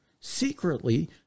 secretly